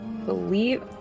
believe